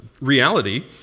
reality